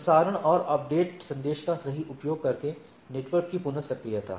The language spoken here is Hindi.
प्रसारण और अपडेट संदेश का सही उपयोग करके नेटवर्क की पुन सक्रियता